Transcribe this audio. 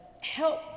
help